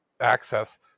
access